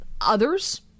others